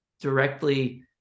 directly